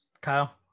Kyle